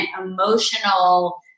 emotional